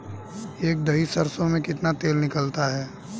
एक दही सरसों में कितना तेल निकलता है?